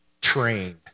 trained